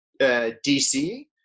DC